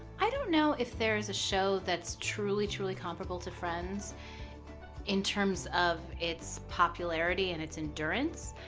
i don't know if there is a show that's truly, truly comparable to friends in terms of its popularity and its endurance,